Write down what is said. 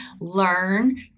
learn